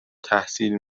تحصیل